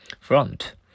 Front